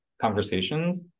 conversations